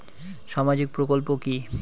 সামাজিক প্রকল্প কি?